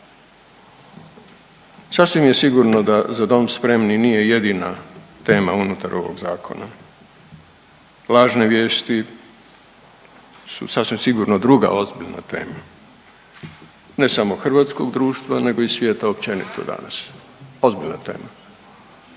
Sasvim je sigurno da „Za dom spremni!“ nije jedina tema unutar ovog zakona, lažne vijesti su sasvim sigurno druga ozbiljna tema, ne samo hrvatskog društva nego i svijeta općenito danas, ozbiljna tema.